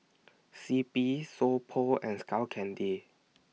C P So Pho and Skull Candy